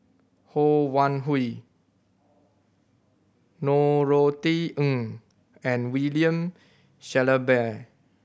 Ho Wan Hui Norothy Ng and William Shellabear